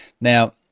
Now